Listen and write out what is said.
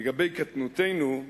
לגבי קטנותנו,